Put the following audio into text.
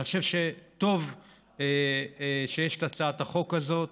אני חושב שטוב שיש את הצעת החוק הזאת,